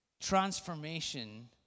transformation